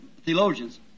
theologians